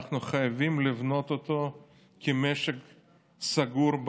אנחנו חייבים לבנות אותו כמשק סגור,